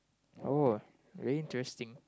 oh very interesting